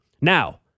Now